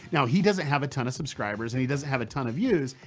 now he doesn't have a ton of subscribers, and he doesn't have a ton of views,